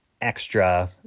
extra